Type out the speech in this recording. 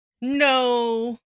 No